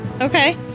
Okay